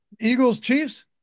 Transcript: Eagles-Chiefs